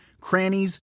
crannies